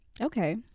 Okay